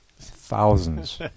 Thousands